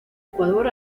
ecuador